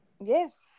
Yes